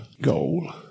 goal